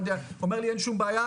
אין שום בעיה,